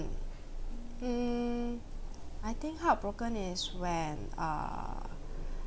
mm I think heartbroken is when err